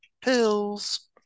Pills